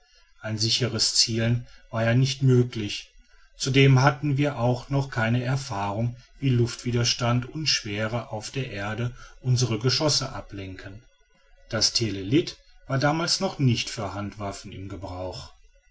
ein sicheres zielen war ja nicht möglich zudem hatten wir auch noch keine erfahrung wie luftwiderstand und schwere auf der erde unsere geschosse ablenken das telelyt war damals noch nicht für handwaffen im gebrauch